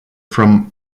from